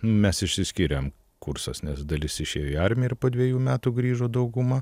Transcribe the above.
mes išsiskyrėm kursas nes dalis išėjo į armiją ir po dvejų metų grįžo dauguma